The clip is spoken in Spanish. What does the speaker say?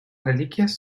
reliquias